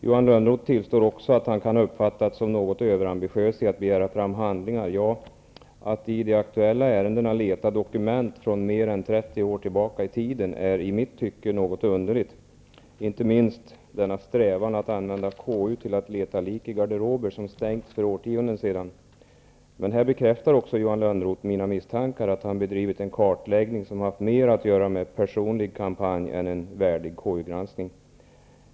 Johan Lönnroth tillstår också att han kan ha uppfattats som något överambitiös i fråga om att begära fram handlingar. Ja, att i de aktuella ärendena leta dokument från mer än 30 år tillbaka i tiden är i mitt tycke något underligt, inte minst denna strävan att använda KU till att leta efter lik i garderober som stängts för årtionden sedan. Här bekräftar Johan Lönnroth mina misstankar att han bedrivit en kartläggning som haft mera att göra med en personlig kampanj än en värdig KU granskning.